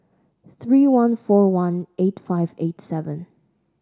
three one four one eight five eight seven